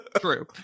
True